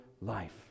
life